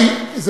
אתה